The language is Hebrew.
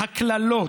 הקללות,